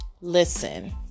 listen